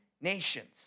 nations